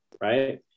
right